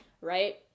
right